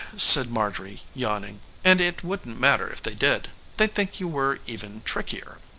said marjorie, yawning, and it wouldn't matter if they did they'd think you were even trickier.